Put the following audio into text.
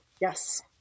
Yes